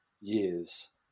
years